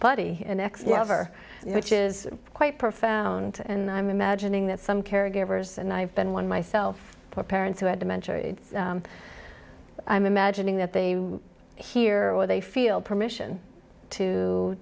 buddy next year over which is quite profound and i'm imagining that some caregivers and i've been one myself for parents who have dementia i'm imagining that they hear what they feel permission to